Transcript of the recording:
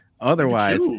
Otherwise